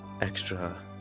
extra